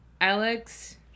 Alex